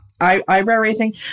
eyebrow-raising